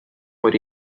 put